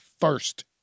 First